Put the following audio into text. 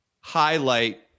highlight